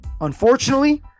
unfortunately